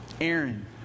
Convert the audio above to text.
Aaron